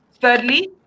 Thirdly